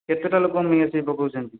କେତେଟା ଲୋକ ନେଇ ଆସି ପକଉଛନ୍ତି